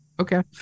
okay